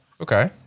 Okay